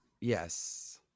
Yes